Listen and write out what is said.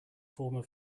former